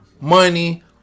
money